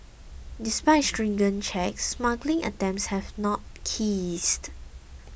despite stringent checks smuggling attempts have not cased